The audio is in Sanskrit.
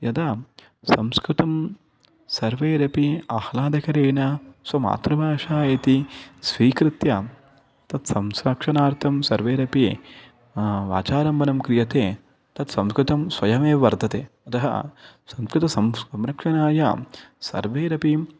यदा संस्कृतं सर्वैरपि आह्लादकरेण स्वमातृभाषा इति स्वीकृत्य तत् संरक्षणार्थं सर्वैरपि वाचारम्भनं क्रियते तत् संस्कृतं स्वयमेव वर्धते अतः संस्कृतस्य संरक्षणाय सर्वेरपि